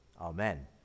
Amen